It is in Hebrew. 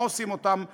מה עושים אותם מלכ"רים,